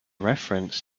reference